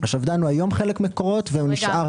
השפד"ן הוא היום חלק ממקורות, והוא נשאר.